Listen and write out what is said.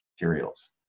materials